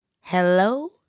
Hello